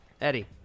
Eddie